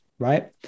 Right